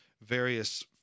various